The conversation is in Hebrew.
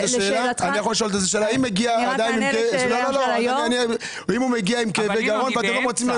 אם הוא מגיע עם כאבי גרון ואתם לא מוצאים לו